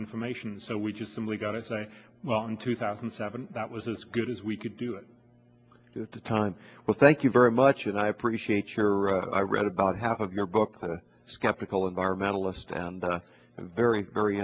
information so we just simply gotta say well in two thousand and seven that was as good as we could do it at the time well thank you very much and i appreciate your i read about half of your book skeptical environmentalist and a very very